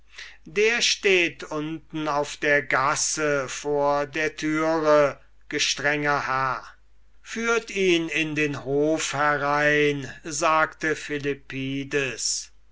der steht unten auf der gasse vor der türe führt ihn in den hof herein sagte